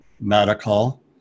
medical